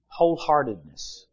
Wholeheartedness